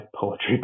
poetry